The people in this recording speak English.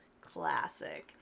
Classic